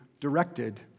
directed